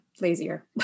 lazier